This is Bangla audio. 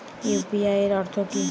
ইউ.পি.আই এর অর্থ কি?